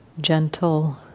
gentle